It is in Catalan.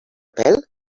pèl